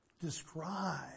Describe